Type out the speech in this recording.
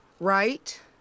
right